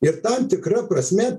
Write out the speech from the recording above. ir tam tikra prasme